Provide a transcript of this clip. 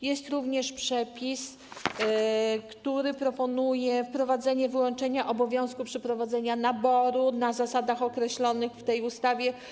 Jest również przepis, który proponuje wprowadzenie wyłączenia obowiązku przeprowadzenia naboru na zasadach określonych w tej ustawie.